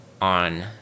on